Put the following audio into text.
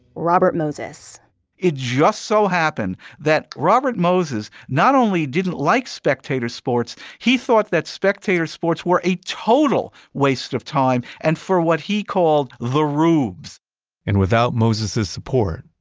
robert moses it just so happened that robert moses not only didn't like spectator sports, he thought that spectator sports were a total waste of time and for what he called the rubes and without moses's support,